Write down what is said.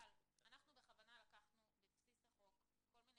אנחנו בכוונה לקחנו בבסיס החוק כל מיני